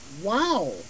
Wow